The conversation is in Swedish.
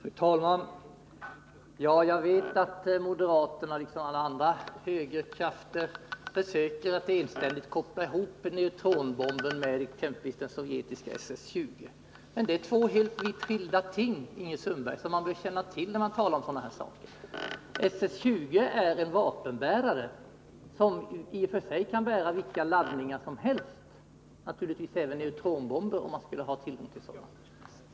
Fru talman! Jag vet att moderaterna liksom alla andra högerkrafter försöker att enstämmigt koppla ihop neutronbomben med exempelvis den sovjetiska SS-20. Men det är två vitt skilda ting, Ingrid Sundberg, som man bör känna till när man talar om sådana här saker. SS-20 är en vapenbärare, som i och för sig kan bära vilka laddningar som helst, naturligtvis även neutronbomber om man skulle ha tillgång till sådana.